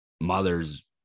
mothers